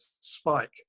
spike